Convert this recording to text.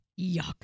Yuck